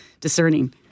discerning